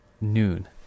noon